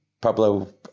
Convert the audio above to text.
Pablo